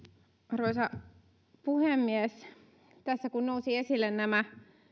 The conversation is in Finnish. arvoisa puhemies tässä nousivat esille nämä